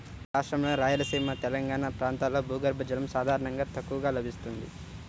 మన రాష్ట్రంలోని రాయలసీమ, తెలంగాణా ప్రాంతాల్లో భూగర్భ జలం సాధారణంగా తక్కువగా లభిస్తుంది